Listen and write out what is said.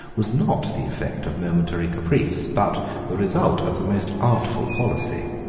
was not the effect of momentary caprice, but the result of the most artful policy.